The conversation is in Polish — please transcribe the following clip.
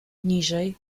niżej